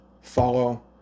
follow